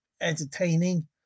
entertaining